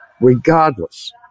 regardless